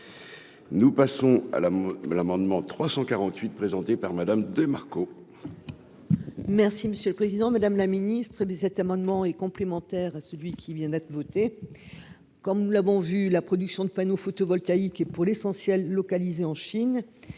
Nous passons à la l'amendement 348 présenté par Madame de Marco. Merci monsieur le président, madame la ministre, hé bien, cet amendement est complémentaire à celui qui vient d'être voté, comme nous l'avons vu la production de panneaux photovoltaïques et, pour l'essentiel, localisée en Chine